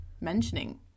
mentioning